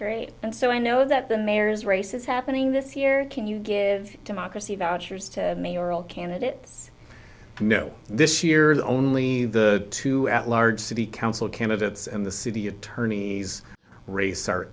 great so i know that the mayor's race is happening this year can you give democracy vouchers to mayoral candidate no this year is only the two at large city council candidates and the city attorney's ra